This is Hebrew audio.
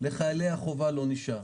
לחיילי החובה לא נשאר.